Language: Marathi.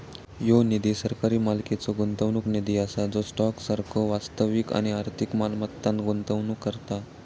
ह्यो निधी सरकारी मालकीचो गुंतवणूक निधी असा जो स्टॉक सारखो वास्तविक आणि आर्थिक मालमत्तांत गुंतवणूक करता